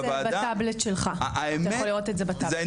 יש את זה בטבלט שלך, אתה יכול לראות את זה.